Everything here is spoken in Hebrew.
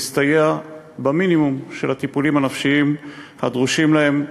להסתייע במינימום לטיפולים הנפשיים הדרושים להם,